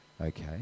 okay